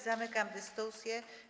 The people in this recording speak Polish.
Zamykam dyskusję.